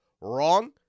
wrong